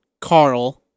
Carl